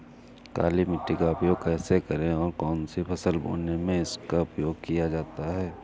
काली मिट्टी का उपयोग कैसे करें और कौन सी फसल बोने में इसका उपयोग किया जाता है?